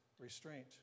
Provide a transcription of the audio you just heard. restraint